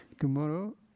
tomorrow